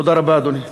תודה רבה, אדוני.